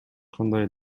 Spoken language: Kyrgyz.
кандай